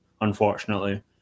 unfortunately